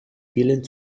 vielen